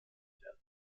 werden